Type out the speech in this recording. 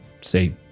say